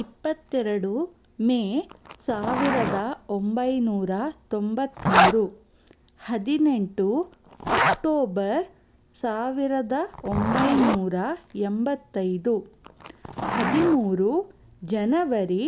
ಇಪ್ಪತ್ತೆರಡು ಮೇ ಸಾವಿರದ ಒಂಬೈನೂರ ತೊಂಬತ್ತ್ಮೂರು ಹದಿನೆಂಟು ಅಕ್ಟೋಬರ್ ಸಾವಿರದ ಒಂಬೈನೂರ ಎಂಬತ್ತೈದು ಹದಿಮೂರು ಜನವರಿ